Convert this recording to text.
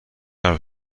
حرف